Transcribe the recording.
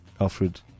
Alfred